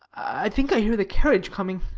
i think i hear the carriage coming.